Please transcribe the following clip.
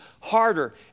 harder